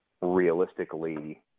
realistically